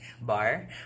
bar